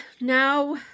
now